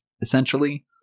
essentially